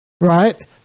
right